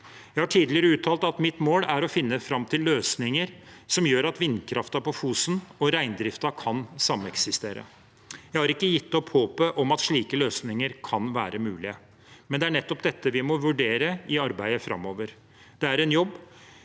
Jeg har tidligere uttalt at mitt mål er å finne fram til løsninger som gjør at vindkraften på Fosen og reindriften kan sameksistere. Jeg har ikke gitt opp håpet om at slike løsninger kan være mulig, men det er nettopp dette vi må vurdere i arbeidet framover. Det er en jobb